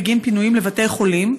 בגין פינויים לבתי חולים,